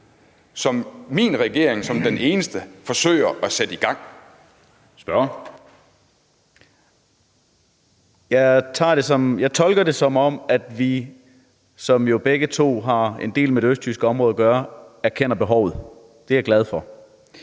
Spørgeren. Kl. 16:58 Malte Larsen (S): Jeg tolker det sådan, at vi, som begge to har en del med det østjyske område at gøre, erkender behovet. Det er jeg glad for.